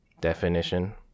Definition